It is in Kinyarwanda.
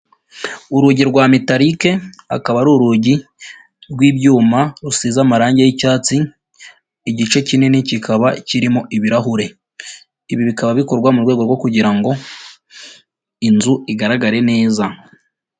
Urugi rwa mitali akaba ari urugi rw'ibyuma rusize amarangi y'icyatsi, igice kinini kikaba kirimo ibirahure. Ibi bikaba bikorwa mu rwego rwo kugira ngo inzu igaragare neza.